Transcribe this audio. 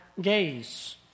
gaze